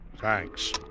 Thanks